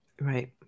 Right